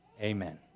Amen